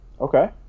Okay